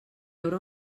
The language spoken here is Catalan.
haurà